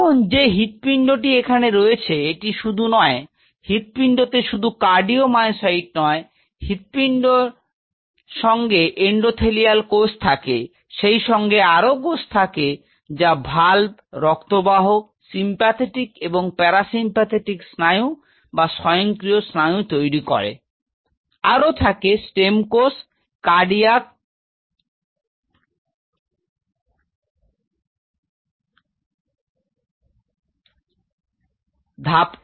এখন যে হৃৎপিণ্ডটি এখানে রয়েছে এটি শুধু নয় হৃৎপিণ্ডতে শুধু কার্ডিও মায়োসাইটই নয় হৃৎপিণ্ডে সে সঙ্গে এন্ডোথেলিয়াল কোষ থাকে সেই সঙ্গে আরও কোষ থাকে যা ভাল্ভ রক্তবাহ সিমপ্যাথেটিক এবং প্যারা সিমপ্যাথেটিক স্নায়ু বা স্বয়ঙ্ক্রিয় স্নায়ু তৈরি করে আরও থাকে স্টেম কোষ কার্ডিয়াক ধাপ কোষ